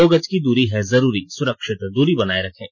दो गज की दूरी है जरूरी सुरक्षित दूरी बनाए रखें